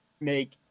make